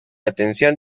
atención